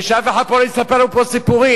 ושאף אחד פה לא יספר לנו פה סיפורים.